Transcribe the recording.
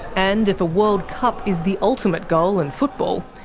and if a world cup is the ultimate goal in football,